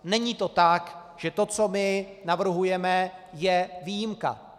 Není to tak, že to, co my navrhujeme, je výjimka.